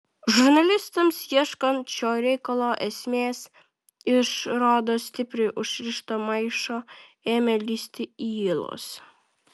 žurnalistams ieškant šio reikalo esmės iš rodos stipriai užrišto maišo ėmė lįsti ylos